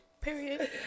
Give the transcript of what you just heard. period